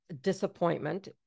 disappointment